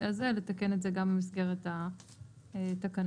לתקן את זה גם במסגרת התקנות.